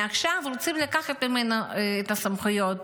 ועכשיו רוצים לקחת ממנה את הסמכויות.